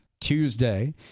Tuesday